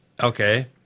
okay